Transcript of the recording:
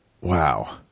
Wow